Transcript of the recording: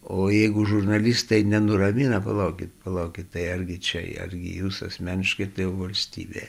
o jeigu žurnalistai nenuramina palaukit palaukit tai argi čia i argi jūs asmeniškai tai jau valstybė